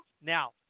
now